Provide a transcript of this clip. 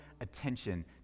attention